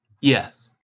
yes